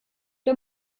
der